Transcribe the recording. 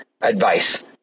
advice